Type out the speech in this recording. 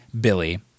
Billy